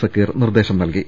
സക്കീർ നിർദേശം നൽകി